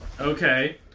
Okay